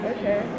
Okay